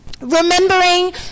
remembering